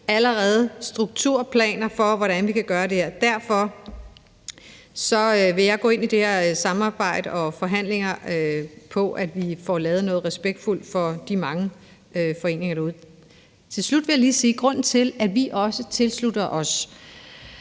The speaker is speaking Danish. gode strukturplaner for, hvordan vi kan gøre det her. Derfor vil jeg gå ind i det her samarbejde og de her forhandlinger med det sigte, at vi får lavet noget respektfuldt til gavn for de mange foreninger derude. Til slut vil jeg lige komme ind på grunden til, at vi tilslutter os,